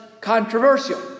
controversial